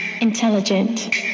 intelligent